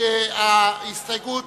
ההסתייגות